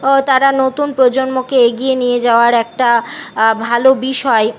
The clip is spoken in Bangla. ও তারা নতুন প্রজন্মকে এগিয়ে নিয়ে যাওয়ার একটা ভালো বিষয়